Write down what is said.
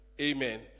Amen